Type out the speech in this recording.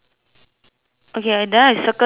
okay then I circle the guy there